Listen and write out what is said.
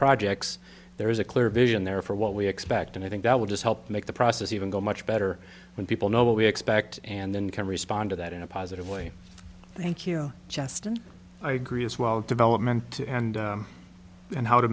projects there is a clear vision there for what we expect and i think that would just help to make the process even go much better when people know what we expect and then can respond to that in a positive way thank you justin i agree as well development to and and how to